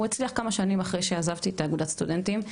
הוא הצליח כמה שנים אחרי שעזבתי את אגודת הסטודנטים,